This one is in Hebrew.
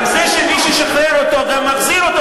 אבל זה שמי ששחרר אותו גם מחזיר אותו,